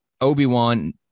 Obi-Wan